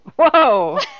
Whoa